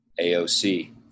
AOC